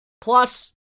plus